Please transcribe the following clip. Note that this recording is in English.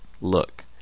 look